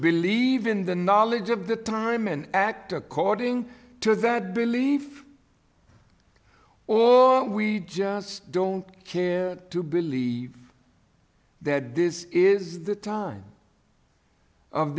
believe in the knowledge of the time and act according to that belief or we just don't care to believe that this is the time of